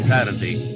Saturday